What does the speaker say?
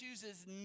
chooses